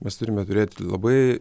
mes turime turėti labai